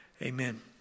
Amen